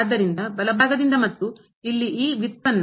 ಆದ್ದರಿಂದ ಬಲಭಾಗದಿಂದ ಮತ್ತು ಇಲ್ಲಿ ಈ ವ್ಯುತ್ಪನ್ನ